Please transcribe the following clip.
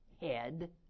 head